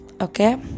Okay